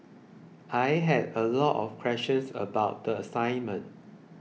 I had a lot of questions about the assignment